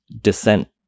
dissent